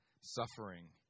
suffering